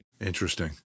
Interesting